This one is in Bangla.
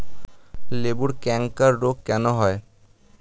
লেবুর ক্যাংকার রোগ কেন হয়?